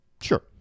Sure